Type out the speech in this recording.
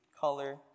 color